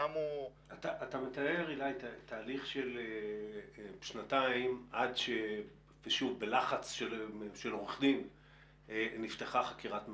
אתה מתאר תהליך של שנתיים כאשר בלחץ עורך דין נפתחה חקירת מצ"ח.